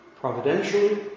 Providentially